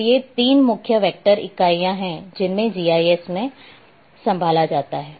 तो ये 3 मुख्य वेक्टर इकाइयां हैं जिन्हें जीआईएस में संभाला जाता है